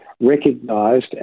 recognised